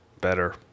better